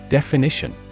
Definition